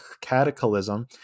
cataclysm